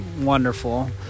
wonderful